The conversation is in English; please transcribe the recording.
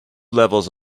levels